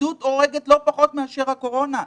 הבדידות הורגת לא פחות מאשר הקורונה.